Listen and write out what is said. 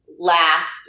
Last